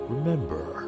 Remember